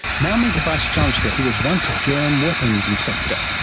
now meet a vice-chancellor who was once a germ weapons inspector.